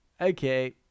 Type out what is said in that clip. Okay